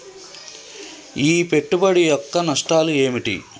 ఈ పెట్టుబడి యొక్క నష్టాలు ఏమిటి?